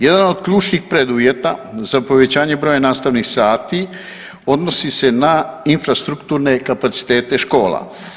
Jedan od ključnih preduvjeta za povećanje broja nastavnih sati, odnosi se na infrastrukturne kapacitete škola.